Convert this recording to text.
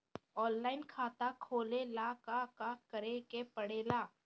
Online खाता खोले ला का का करे के पड़े ला?